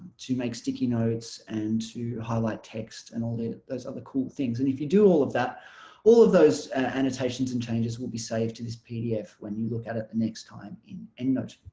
to make sticky notes and to highlight text and all those other cool things and if you do all of that all of those annotations and changes will be saved to this pdf when you look at it the next time in endnote.